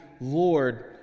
Lord